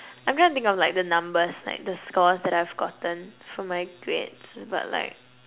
I'm trying to think of like the numbers like the scores that I've gotten for my grades but like